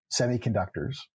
semiconductors